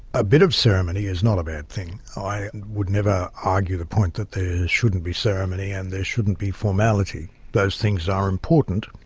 a bit of ceremony is not a bad thing. i would never argue the point that there shouldn't be ceremony and there shouldn't be formality those things are important,